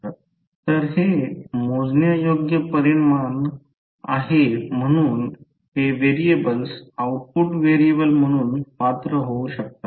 तर हे मोजण्यायोग्य परिमाण आहेत म्हणून हे व्हेरिएबल्स आउटपुट व्हेरिएबल म्हणून पात्र होऊ शकतात